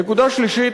נקודה שלישית,